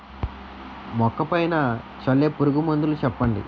మొక్క పైన చల్లే పురుగు మందులు చెప్పండి?